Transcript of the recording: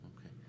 Okay